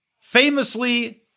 Famously